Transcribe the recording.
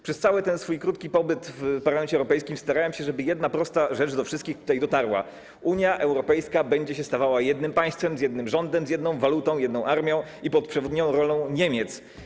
Przez cały ten swój krótki pobyt w Parlamencie Europejskim starałem się, żeby jedna prosta rzecz do wszystkich tutaj dotarła: Unia Europejska będzie się stawała jednym państwem, z jednym rządem, z jedną walutą, jedną armią i pod przewodnią rolą Niemiec.